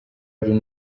harimo